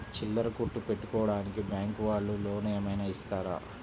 చిల్లర కొట్టు పెట్టుకోడానికి బ్యాంకు వాళ్ళు లోన్ ఏమైనా ఇస్తారా?